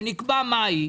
שנקבע מהי,